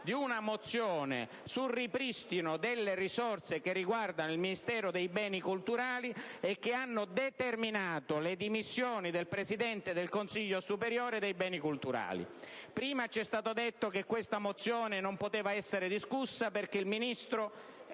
di una mozione sul ripristino delle risorse che riguardano il Ministero dei beni culturali e che hanno determinato le dimissioni del presidente del Consiglio superiore dei beni culturali. Prima ci è stato detto che questa mozione non poteva essere discussa perché il Ministro